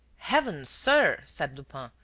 heavens, sir, said lupin,